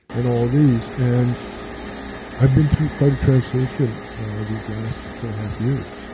and all these. and i'd been through quite a transition these last six and a half years.